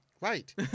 Right